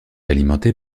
alimenté